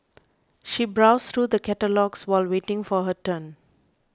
she browsed through the catalogues while waiting for her turn